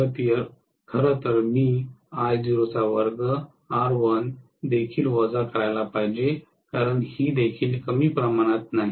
खरं तर मी देखील वजा करायला पाहिजे कारण ही देखील कमी प्रमाणात नाही